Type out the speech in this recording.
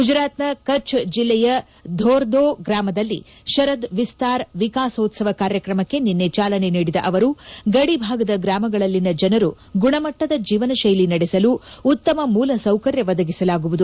ಗುಜರಾತ್ನ ಕಚ್ ಜಿಲ್ಲೆಯ ಧೋರ್ದೋ ಗ್ರಾಮದಲ್ಲಿ ಶರದ್ ವಿಸ್ತಾರ್ ವಿಕಾಸೋತ್ಸವ ಕಾರ್ಯಕ್ರಮಕ್ಕೆ ನಿನ್ನೆ ಚಾಲನೆ ನೀಡಿದ ಅವರು ಗಡಿಭಾಗದ ಗ್ರಾಮಗಳಲ್ಲಿನ ಜನರು ಗುಣಮಟ್ಟದ ಜೀವನಶೈಲಿ ನಡೆಸಲು ಉತ್ತಮ ಮೂಲಸೌಕರ್ಯ ಒದಗಿಸಲಾಗುವುದು